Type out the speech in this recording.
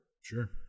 Sure